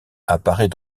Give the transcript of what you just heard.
apparaît